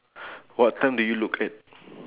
what time do you look at